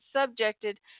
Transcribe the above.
subjected